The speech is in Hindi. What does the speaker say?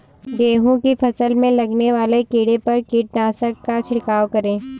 गेहूँ की फसल में लगने वाले कीड़े पर किस कीटनाशक का छिड़काव करें?